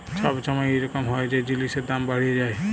ছব ছময় ইরকম হ্যয় যে জিলিসের দাম বাড়্হে যায়